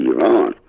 Iran